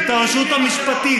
את הרשות המשפטית,